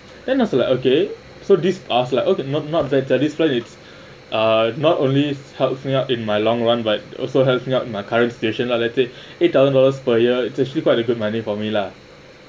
then I was like okay so this I was like okay not not that that this plan is uh not only helps me out in my long run but also help me out in my current situation lah let's say eight thousand dollars per year it's actually quite a good money for me lah